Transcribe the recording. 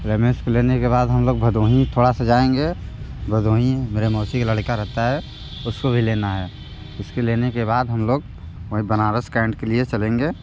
रमेश को लेने के बाद हम लोग भदोही थोड़ा सा जाएंगे भदोही मेरे मौसी का लड़का रहता है उसको भी लेना है उसको लेने के बाद हम लोग वहीं बनारस कैंट के लिए चलेंगे